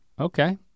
Okay